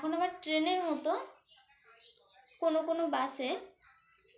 এখন আবার ট্রেনের মতো কোনো কোনো বাসে